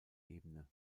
ebene